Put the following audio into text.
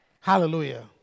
Hallelujah